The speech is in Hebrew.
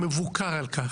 מבוקר על כך.